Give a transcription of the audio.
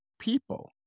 people